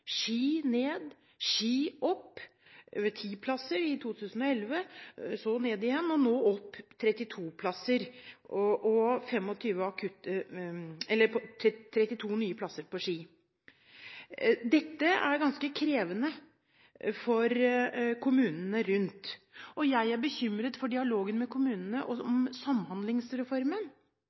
Ski ned, Ski opp 10 plasser i 2011, så ned igjen, og nå 32 nye plasser på Ski. Dette er ganske krevende for kommunene rundt, og jeg er bekymret for dialogen med kommunene om samhandlingsreformen.